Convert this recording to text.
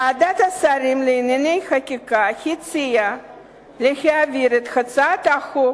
ועדת השרים לענייני חקיקה הציעה להעביר את הצעת החוק